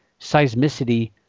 seismicity